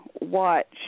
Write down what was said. watch